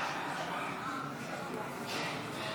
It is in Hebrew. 57 נגד,